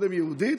קודם יהודית,